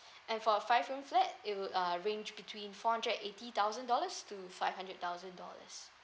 and for a five room flat it would uh range between four hundred eighty thousand dollars to five hundred thousand dollars